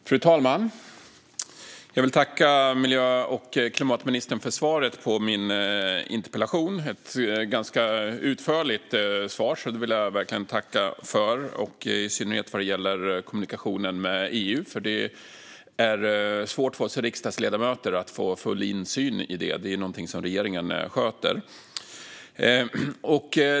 Fru talman! Jag vill tacka miljö och klimatministern för svaret på min interpellation. Det var ett ganska utförligt svar, vilket jag verkligen vill tacka för, i synnerhet vad gäller kommunikationen med EU. Det är svårt för oss riksdagsledamöter att få full insyn i detta; det är någonting som regeringen sköter.